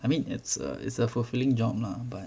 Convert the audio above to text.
I mean it's a it's a fulfilling job lah but